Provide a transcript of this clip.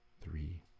three